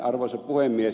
arvoisa puhemies